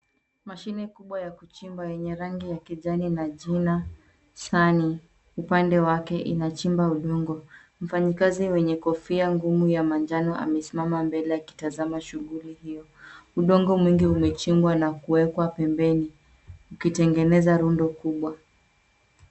Mashine kubwa ya kuchimba yenye rangi ya kijani na jina Sany upande wake inachimba udongo. Mfanyikazi mwenye kofia ngumu ya manjano amesimama mbele akitazama shughuli hiyo. Udongo mwingi umechimbwa na kuwekwa pembeni, ukitengeneza rundo kubwa.